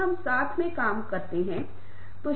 और हम सभी को धन्यवाद देना चाहेंगे